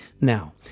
Now